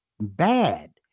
bad